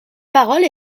parole